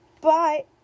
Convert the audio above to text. Bye